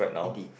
indeed